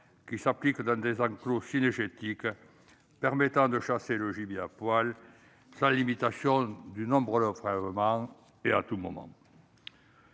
qui s'applique dans les enclos cynégétiques, permettant de chasser le gibier à poil sans limitation du nombre de prélèvements et à tous moments.